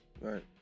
Right